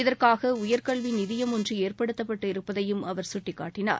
இதற்காக உயர்கல்வி நிதியம் ஒன்று ஏற்படுத்தப்பட்டு இருப்பதையும் சுட்டிக்காட்டினார்